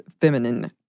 feminine